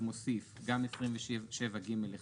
אני מוסיף גם "27(ג)(1),